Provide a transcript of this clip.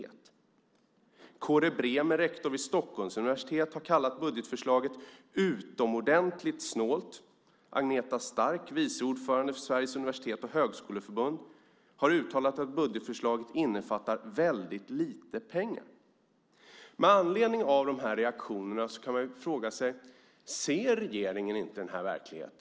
Nytt citat: "Kåre Bremer, rektor vid Stockholms universitet, har kallat budgetförslaget 'utomordentligt snålt' och Agneta Stark, vice ordförande i Sveriges universitets och högskoleförbund . har uttalat att budgetförslaget innefattar 'väldigt lite pengar'." Med anledning av dessa reaktioner vill jag fråga: Ser regeringen inte denna verklighet?